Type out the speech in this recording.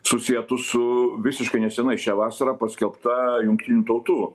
susietus su visiškai nesenai šią vasarą paskelbta jungtinių tautų